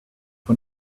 for